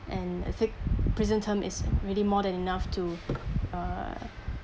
and I think prison term is really more than enough to uh